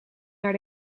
naar